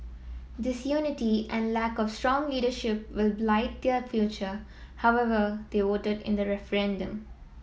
disunity and lack of strong leadership will blight their future however they voted in the referendum